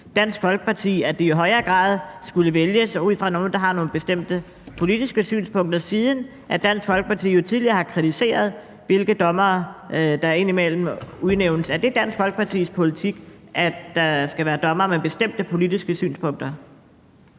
Dansk Folkeparti, at dommerne i højere grad skal vælges ud fra, hvilke politiske synspunkter de har? Dansk Folkeparti har jo tidligere kritiseret, hvilke dommere der indimellem udnævnes. Er det Dansk Folkepartis politik, at der skal være dommere med bestemte politiske synspunkter?